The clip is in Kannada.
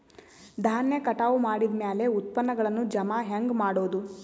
ಧಾನ್ಯ ಕಟಾವು ಮಾಡಿದ ಮ್ಯಾಲೆ ಉತ್ಪನ್ನಗಳನ್ನು ಜಮಾ ಹೆಂಗ ಮಾಡೋದು?